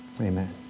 Amen